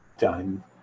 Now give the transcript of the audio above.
Done